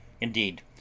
Indeed